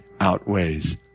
outweighs